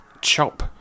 chop